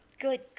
good